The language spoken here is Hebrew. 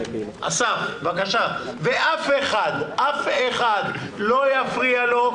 אסף, בבקשה, ואף אחד לא יפריע לו,